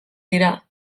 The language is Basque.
dira